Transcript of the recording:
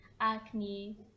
acne